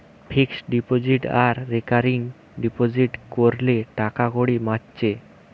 fixed deposit আর recurring deposit কোরলে টাকাকড়ি বাঁচছে